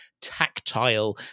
tactile